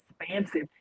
expansive